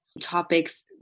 topics